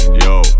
Yo